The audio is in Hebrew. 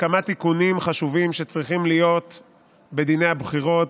בכמה תיקונים חשובים שצריכים להיות בדיני הבחירות.